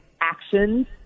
actions